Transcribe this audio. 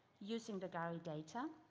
using the gari data.